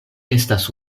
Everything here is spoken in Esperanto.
estas